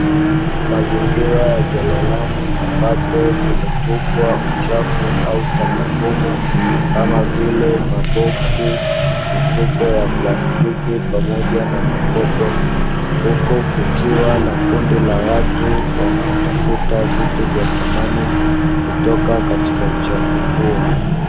Mazingira ya jalalani ambapo kumetupwa uchafu au taka ngumu kama vile maboksi, mifuko ya plastiki pamoja na makopo. Huku kukiwa na kundi la watu wanaotafuta vitu vya thamani kutoka katika uchafu huo.